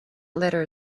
letter